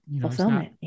Fulfillment